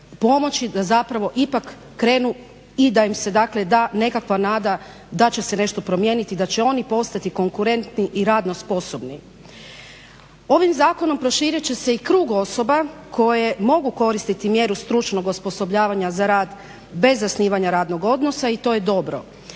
pomoći da zapravo ipak krenu i da im se dakle da nekakva nada da će se nešto promijeniti i da će oni postati konkurentni i radno sposobni. Ovim zakonom proširit će se i krug osoba koje mogu koristiti mjeru stručnog osposobljavanja za rad bez zasnivanja radnog odnosa i to je dobro.